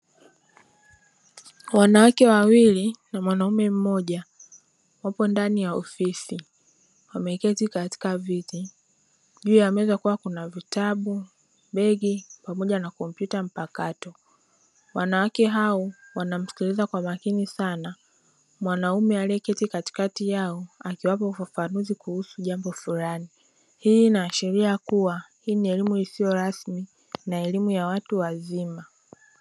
Wanawake wawili na mwanamume mmoja wapo ndani ya ofisi wameiketi katika viti juu ya meza kuwa kuna vitabu, begi pamoja na kompyuta mpakato, wanawake hao wanamsikiliza kwa makini sana mwanaume aliyeketi katikati yao akiwapo ufafanuzi kuhusu jambo fulani, hii inaashiria kuwa hii ni elimu isiyo rasmi na elimu ya watu wazima.